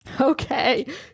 okay